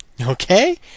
Okay